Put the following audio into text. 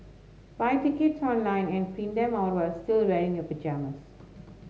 buy tickets online and print them out while still wearing your pyjamas